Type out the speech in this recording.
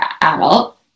adult